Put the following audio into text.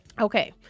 okay